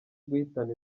guhitana